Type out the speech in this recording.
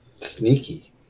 Sneaky